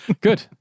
Good